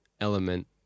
element